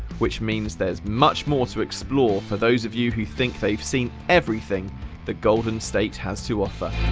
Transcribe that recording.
which means there's much more to explore for those of you who think they've seen everything the golden state has to offer.